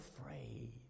afraid